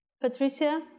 Patricia